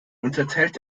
unterteilt